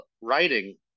writing